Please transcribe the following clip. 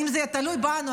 אם זה תלוי בנו,